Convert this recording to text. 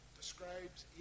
describes